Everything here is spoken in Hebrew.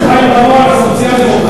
זה חיים רמון הסוציאל-דמוקרט,